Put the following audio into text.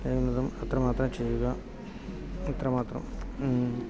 കഴിയുന്നതും അത്രമാത്രം ചെയ്യുക ഇത്രമാത്രം